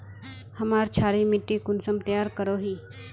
हमार क्षारी मिट्टी कुंसम तैयार करोही?